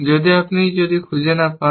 কিন্তু আপনি যদি খুঁজে না পান